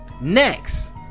next